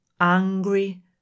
angry